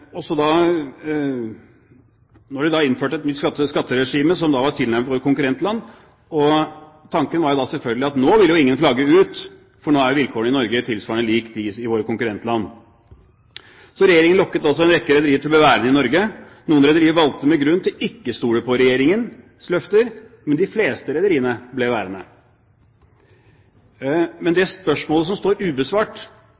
Når de da innførte et nytt skatteregime, som var tilnærmet likt det man hadde i våre konkurrentland, var tanken selvfølgelig at nå ville ingen flagge ut for nå er vilkårene i Norge lik de i våre konkurrentland. Regjeringen lokket altså en rekke rederier til å være i Norge. Noen rederier valgte, med god grunn, ikke å stole på Regjeringens løfter, men de fleste rederiene ble værende. Men